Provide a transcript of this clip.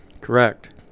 Correct